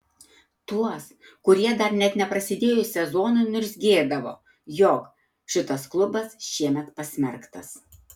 tuos kurie dar net nepasidėjus sezonui niurzgėdavo jog šitas klubas šiemet pasmerktas